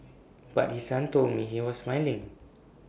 but his son told me he was smiling